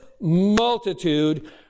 multitude